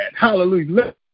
Hallelujah